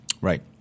Right